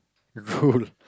drool